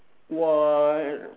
what